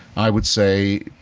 i would say